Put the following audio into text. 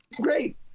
great